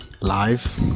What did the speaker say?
live